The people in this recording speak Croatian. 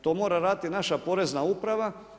To mora raditi naša Porezna uprava.